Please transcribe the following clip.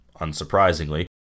unsurprisingly